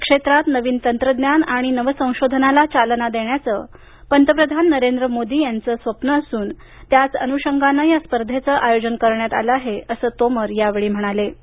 कृषी क्षेत्रात नवीन तंत्रज्ञान आणि नव संशोधनाला चालना देण्याचं पंतप्रधान नरेंद्र मोदी यांचं स्वप्न असून त्याच अनुषंगानं या स्पर्धेचं आयोजन करण्यात आलं आहे असं तोमर यावेळी म्हणाले